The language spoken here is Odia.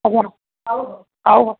ଆଜ୍ଞା ହଉ ହଉ ହଉ